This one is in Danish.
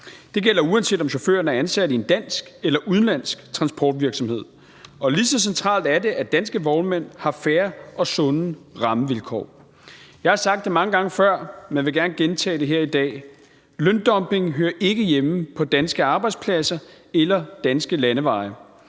Det gælder, uanset om chaufføren er ansat i en dansk eller udenlandsk transportvirksomhed, og lige så centralt er det, at danske vognmænd har fair og sunde rammevilkår. Jeg har sagt det mange gange før, men vil gerne gentage det her i dag: Løndumping hører ikke hjemme på danske arbejdspladser eller danske landeveje.